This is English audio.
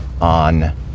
on